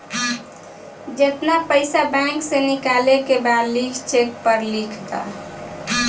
जेतना पइसा बैंक से निकाले के बा लिख चेक पर लिख द